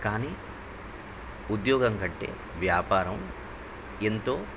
కానీ ఉద్యోగం కంటే వ్యాపారం ఎంతో